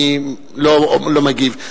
אני לא מגיב.